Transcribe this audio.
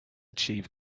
achieve